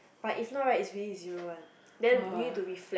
but if not right is really zero one then you need to be reflect